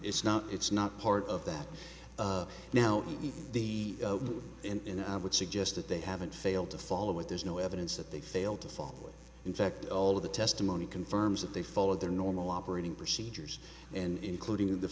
it's not it's not part of that now and i would suggest that they haven't failed to follow it there's no evidence that they failed to follow in fact all of the testimony confirms that they followed their normal operating procedures and including the